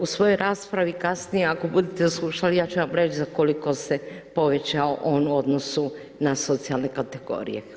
U svojoj raspravi kasnije, ako budete slušali, ja ću vam reći za koliko se povećao on u odnosu na socijalne kategorije.